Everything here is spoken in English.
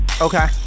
Okay